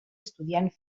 estudiant